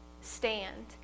stand